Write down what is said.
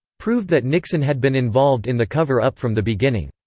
proved that nixon had been involved in the cover-up from the beginning.